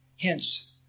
Hence